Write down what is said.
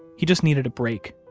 he just needed a break.